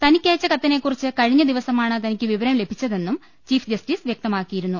തനിക്ക യച്ച കത്തിനെ കുറിച്ച് കഴിഞ്ഞ ദിവസമാണ് തനിക്ക് വിവരം ലഭിച്ചതെന്നും ചീഫ് ജസ്റ്റിസ് വ്യക്തമാക്കിയിരുന്നു